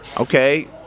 okay